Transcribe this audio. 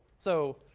so,